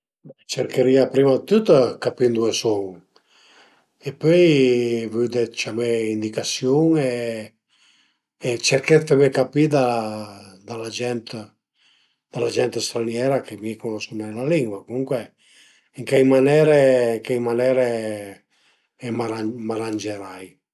Cercherìa prima dë tüt dë capì ëndua sun e pöi vëde dë ciamé d'indicasiun e e cerché d'feme capì da da la gent da la gent straniera che mi cunosu nen la lingua, comuncue ën chei manere ën chei manere m'arangerai